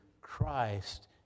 Christ